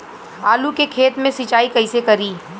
आलू के खेत मे सिचाई कइसे करीं?